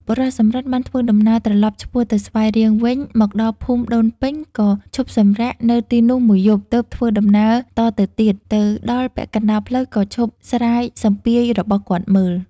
បុរសសំរិទ្ធ បានធ្វើដំណើរត្រឡប់ឆ្ពោះទៅស្វាយរៀងវិញ មកដល់ភូមិដូនពេញក៏ឈប់សម្រាកនៅទីនោះ ១ យប់ ទើបធ្វើដំណើរតទៅទៀត ទៅដល់ពាក់កណ្តាលផ្លូវក៏ឈប់ស្រាយសំពាយរបស់គាត់មើល ។